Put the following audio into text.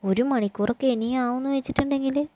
ഒരു മണിക്കൂറൊക്കെ ഇനിയും ആവുമെന്ന് വെച്ചിട്ടുണ്ടെങ്കിൽ